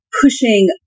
pushing